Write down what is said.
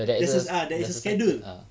there's a ah there is a schedule